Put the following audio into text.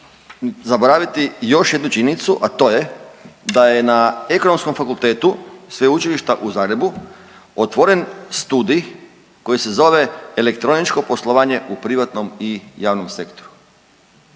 zaboraviti još jednu činjenicu, a to je da je na Ekonomskom fakultetu Sveučilišta u Zagrebu otvoren studij koji se zove Električko poslovanje u privatnom i javnom sektoru.